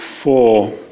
four